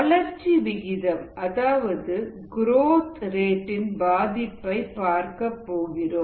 வளர்ச்சி விகிதம் அதாவது குரோத் ரேட் இன் பாதிப்பை பார்க்கப்போகிறோம்